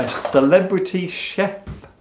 celebrity shep